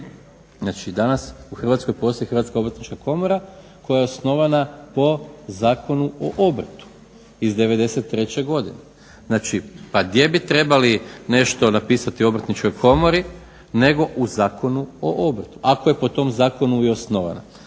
Danas u Hrvatskoj postoji Hrvatska obrtnička komora koja je osnovana po Zakonu o obrtu iz '93.godine. znači pa gdje bi trebali nešto napisati o Obrtničkoj komori nego u zakonu o obrtu ako je po tom zakonu i osnovana.